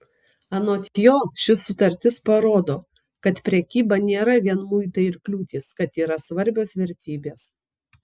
anot jo ši sutartis parodo kad prekyba nėra vien muitai ir kliūtys kad yra svarbios vertybės